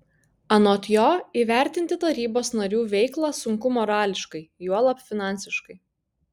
anot jo įvertinti tarybos narių veiklą sunku morališkai juolab finansiškai